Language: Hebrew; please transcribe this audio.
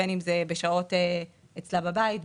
בין אם זה בשעות אצלה בבית,